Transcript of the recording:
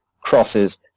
crosses